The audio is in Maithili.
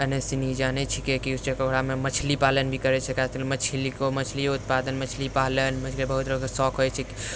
एनी सनी जानै छिकै कि ओकरामे मछली पालन भी करै छिकै मछलिओके मछली उत्पादन मछली पालन बहुत लोकके शौक होइ छै